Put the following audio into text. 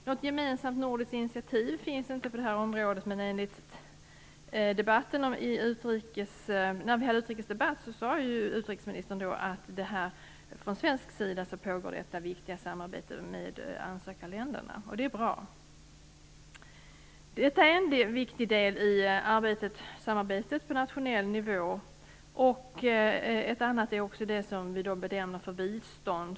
Något gemensamt nordiskt initiativ finns inte på det här området, men i utrikesdebatten sade utrikesministern att detta viktiga samarbete med ansökarländerna pågår från svensk sida. Det är bra. Detta är en viktig del i samarbetet på nationell nivå. En annan är det vi benämner bistånd.